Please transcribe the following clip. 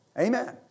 Amen